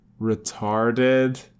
retarded